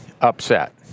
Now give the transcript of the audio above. upset